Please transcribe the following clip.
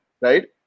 right